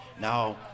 Now